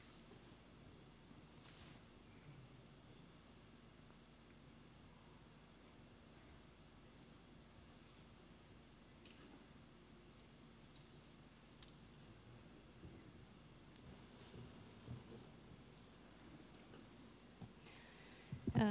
herra puhemies